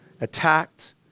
attacked